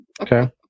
Okay